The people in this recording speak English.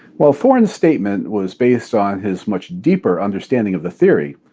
while thorne's statement was based on his much deeper understanding of the theory,